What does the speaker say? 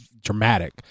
dramatic